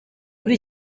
kuri